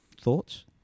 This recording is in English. thoughts